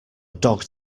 dog